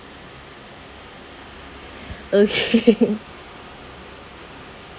okay